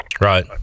right